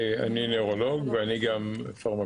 זה גם תקציב ייעודי וגם מי שמפקח,